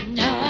no